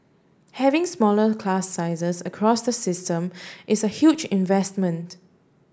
having smaller class sizes across the system is a huge investment